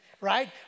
Right